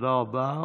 תודה רבה.